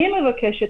אני מבקשת,